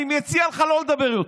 אני מציע לך לא לדבר יותר.